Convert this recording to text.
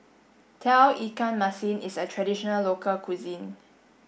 Tauge Ikan Masin is a traditional local cuisine